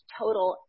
total